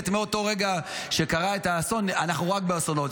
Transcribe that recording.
מאותו רגע שקרה האסון אנחנו רק באסונות.